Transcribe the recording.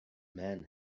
men